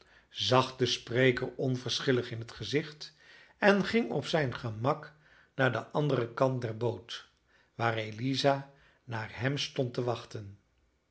zag den spreker onverschillig in het gezicht en ging op zijn gemak naar den anderen kant der boot waar eliza naar hem stond te wachten